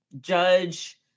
judge